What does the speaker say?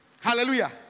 Hallelujah